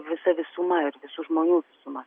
visa visuma ir visų žmonių suma